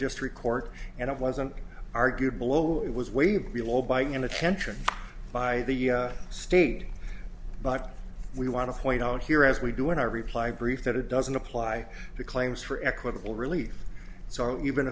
district court and it wasn't argued below it was way below buying inattention by the state but we want to point out here as we do in our reply brief that it doesn't apply to claims for equitable relief so even